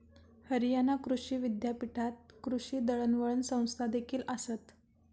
हरियाणा कृषी विद्यापीठात कृषी दळणवळण संस्थादेखील आसत